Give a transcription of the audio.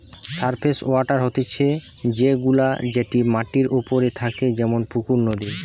surface water হতিছে সে গুলা যেটি মাটির ওপরে থাকে যেমন পুকুর, নদী